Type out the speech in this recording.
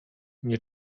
nie